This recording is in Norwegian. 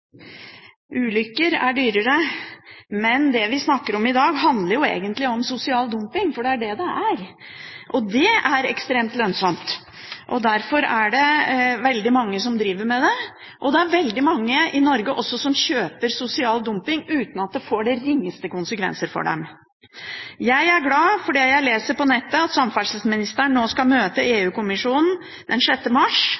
Ulykker er dyre, men det vi snakker om i dag, handler egentlig om sosial dumping – for det er det det er. Det er ekstremt lønnsomt. Derfor der det veldig mange som driver med det, og det er veldig mange i Norge som bidrar til sosial dumping uten at det får den ringeste konsekvens for dem. Jeg er glad for det jeg leser på nettet, at samferdselsministeren skal møte